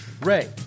Ray